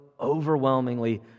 overwhelmingly